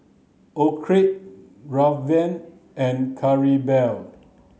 Orrie Draven and Claribel